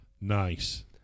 Nice